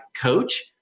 coach